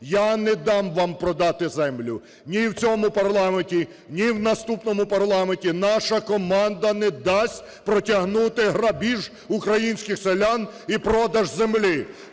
Я не дам вам продати землю ні в цьому парламенті, ні в наступному парламенті. Наша команда не дасть протягнути грабіж українських селян і продаж землі!